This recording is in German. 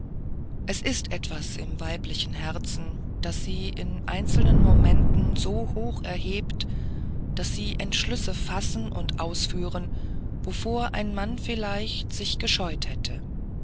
es ist etwas im weiblichen herzen das sie in einzelnen momenten so hoch erhebt daß sie entschlüsse fassen und ausführen wovor ein mann vielleicht sich gescheut hätte